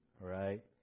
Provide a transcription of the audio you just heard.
Right